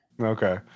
Okay